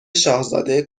شاهزاده